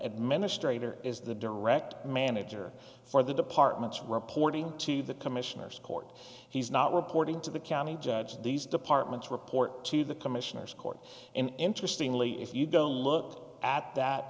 administrator is the direct manager for the departments reporting to the commissioners court he's not reporting to the county judge these departments report to the commissioners court and interestingly if you go look at